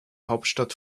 hauptstadt